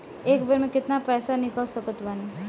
एक बेर मे केतना पैसा निकाल सकत बानी?